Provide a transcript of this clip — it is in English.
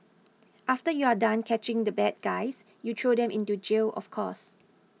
after you are done catching the bad guys you throw them into jail of course